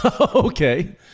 Okay